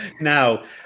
now